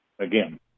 again